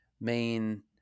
main